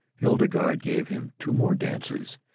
hildegarde gave him two more dances,